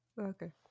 Okay